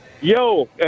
Yo